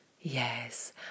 Yes